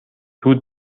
زود